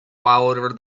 water